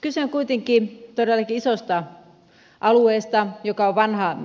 kyse on kuitenkin todellakin isosta alueesta joka on vanhaa